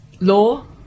law